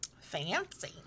Fancy